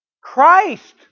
Christ